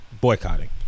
Boycotting